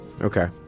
Okay